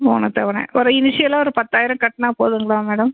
மூணு தவணை ஒரு இனிஷியலாக ஒரு பத்தாயிரம் கட்டினா போதுங்களா மேடம்